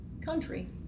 country